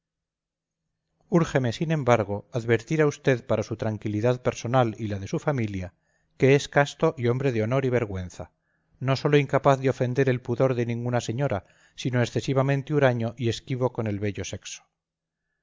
úrgeme sin embargo advertir a usted para su tranquilidad personal y la de su familia que es casto y hombre de honor y vergüenza no sólo incapaz de ofender el pudor de ninguna señora sino excesivamente huraño y esquivo con el bello sexo